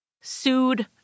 sued